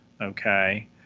Okay